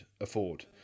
afford